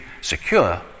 secure